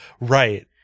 Right